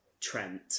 Trent